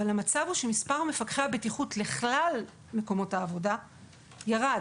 אבל המצב הוא שמספר מפקחי הבטיחות לכלל מקומות העבודה ירד.